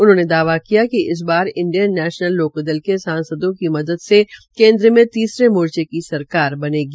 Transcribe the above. उन्होंने दावा किया कि इस बार इंडियन नैशनल लोकदल के सांसदों की मदद से केन्द्र में तीसरे मोर्चे की सरकार बनेगी